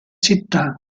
città